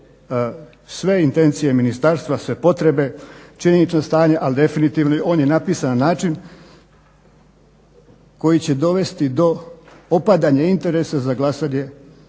sve intencije ministarstva, sve potrebe, činjenično stanje, al definitivno on je napisan na način koji će dovesti opadanja interesa za glasanje